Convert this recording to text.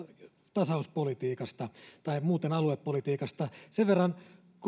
tasauspolitiikasta tai muuten aluepolitiikasta sen verran